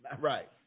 Right